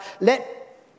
let